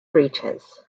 breeches